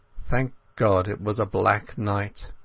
thank god it was a black night.